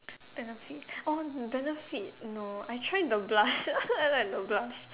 benefit oh benefit no I try the blusher I like the blush